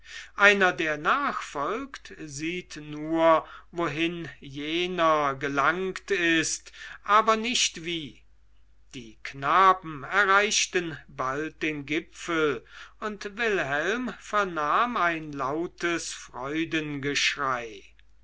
einer der nachfolgt sieht nur wohin jener gelangt ist aber nicht wie die knaben erreichten bald den gipfel und wilhelm vernahm ein lautes